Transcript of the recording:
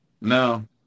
No